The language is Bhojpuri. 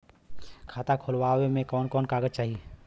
खाता खोलवावे में कवन कवन कागज चाही?